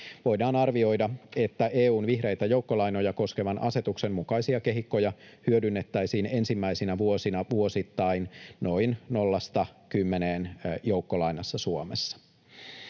Voidaan arvioida, että EU:n vihreitä joukkolainoja koskevan asetuksen mukaisia kehikkoja hyödynnettäisiin ensimmäisinä vuosina vuosittain noin nollasta kymmeneen joukkolainassa Suomessa.